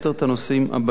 את הנושאים הבאים: